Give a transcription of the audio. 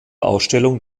ausstellung